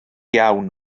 iawn